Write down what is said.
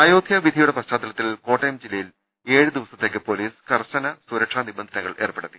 അയോധ്യാ വിധിയുടെ പശ്ചാത്തലത്തിൽ കോട്ടയം ജില്ലയിൽ ഏഴു ദിവസത്തേക്ക് പൊലീസ് കർക്കശ സുരക്ഷാ നിബന്ധനകൾ ഏർപ്പെടുത്തി